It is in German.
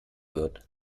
wird